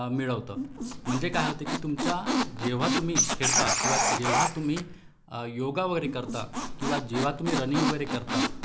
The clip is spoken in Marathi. मिळवतं म्हणजे काय होतं की तुमच्या जेव्हा तुम्ही खेळता किंवा जेव्हा तुम्ही योग वगैरे करता किंवा जेव्हा तुम्ही रनिंग वगैरे करता